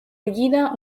erigida